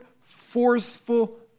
forceful